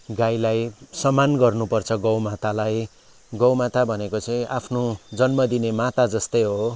गाईलाई सम्मान गर्नुपर्छ गौमातालाई गौमाता भनेको चाहिँ आफ्नो जन्म दिने माता जस्तै हो